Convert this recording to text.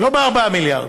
לא ב-4 מיליארד,